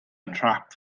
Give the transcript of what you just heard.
nhrap